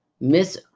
Miss